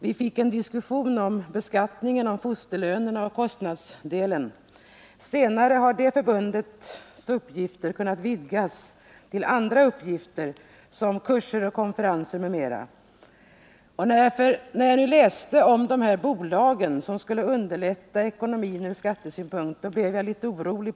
Vi diskuterade beskattningen av fosterlöner och över huvud taget kostnadsdelen. Sedermera har detta förbunds arbetsområde utvidgats till att även omfatta andra uppgifter, såsom kurser, konferenser, m.m. Efter att ha tagit del av uppgifter om att handelsbolag skulle ha bildats för att åstadkomma lättnader ur skattesynpunkt är jag litet orolig.